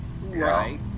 Right